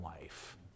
life